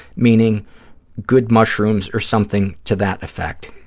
meaning good mushrooms or something to that effect.